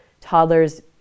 toddlers